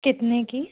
कितने की